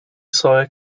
sawyer